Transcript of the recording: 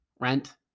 Rent